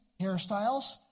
hairstyles